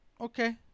okay